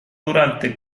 durante